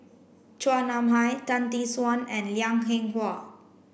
Chua Nam Hai Tan Tee Suan and Liang Eng Hwa